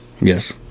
Yes